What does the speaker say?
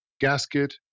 gasket